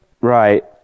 right